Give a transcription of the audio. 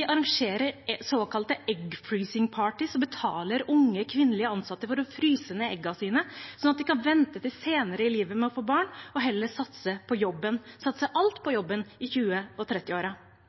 arrangerer såkalte «egg freezing parties» og betaler unge kvinnelige ansatte for å fryse ned eggene sine, sånn at de kan vente til senere i livet med å få barn, og heller satse alt på jobben i 20- og 30-årene. Man kan riste litt på